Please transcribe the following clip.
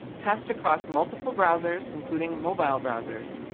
test across multiple browsers, including mobile browsers,